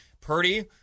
Purdy